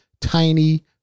tiny